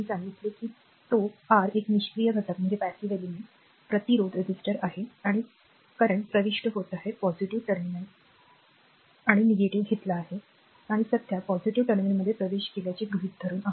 मी सांगितले की तो आर एक निष्क्रीय घटक प्रतिरोधक आहे आणि वर्तमान प्रविष्ट आहे पॉझिटिव्हने घेतला आहे आणि सध्या पॉझिटिव्ह टर्मिनलमध्ये प्रवेश केल्याचे गृहीत धरून आहे